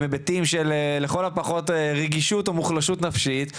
היבטים של לכל הפחות רגישות או מוחלשות נפשית.